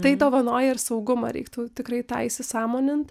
tai dovanoja ir saugumą reiktų tikrai tą įsisąmonint